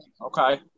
okay